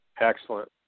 Excellent